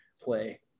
play